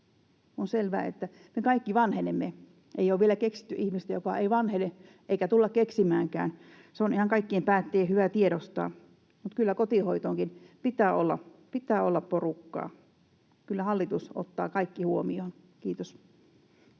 On selvää, että me kaikki vanhenemme. Ei ole vielä keksitty ihmistä, joka ei vanhene, eikä tulla keksimäänkään, se on ihan kaikkien päättäjien hyvä tiedostaa. Kyllä kotihoitoonkin pitää olla porukkaa. Kyllä hallitus ottaa kaikki huomioon. — Kiitos.